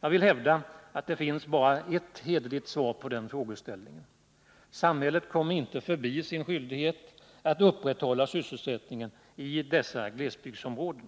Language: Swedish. Jag vill hävda att det bara finns ett hederligt svar på den frågan. Samhället kommer inte förbi sin skyldighet att upprätthålla sysselsättningen i dessa glesbygdsområden.